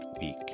week